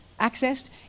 accessed